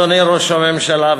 אדוני ראש הממשלה,